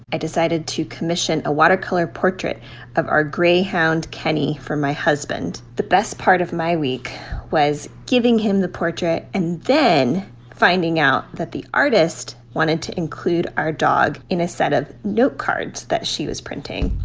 i decided to commission a watercolor portrait of our greyhound kenny for my husband. the best part of my week was giving him the portrait and then finding out that the artist wanted to include our dog in a set of notecards that she was printing.